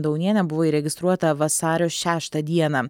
daunienė buvo įregistruota vasario šeštą dieną